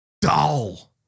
dull